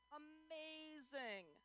amazing